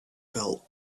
fell